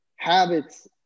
habits